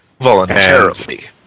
Voluntarily